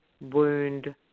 wound